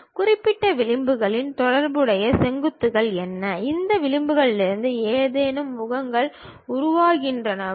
குறிப்பிட்ட விளிம்புகளுடன் தொடர்புடைய செங்குத்துகள் என்ன இந்த விளிம்புகளிலிருந்து ஏதேனும் முகங்கள் உருவாகின்றனவா